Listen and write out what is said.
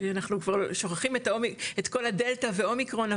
אנחנו כבר שוכחים את כל הדלתא ואומיקרון,